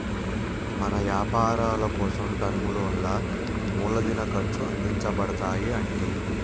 మన యపారాలకోసం టర్మ్ లోన్లా మూలదిన ఖర్చు అందించబడతాయి అంటి